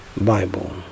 Bible